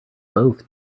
both